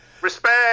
Respect